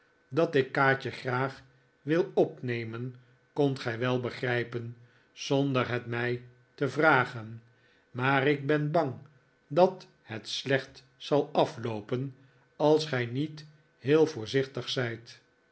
dat ik kaatje graag wil opnemen kondt gij wel begrijpen zonder het mij te vragen maar ik ben bang dat het slecht zal afloopen als gij niet heel voorzichtig zijt